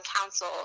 council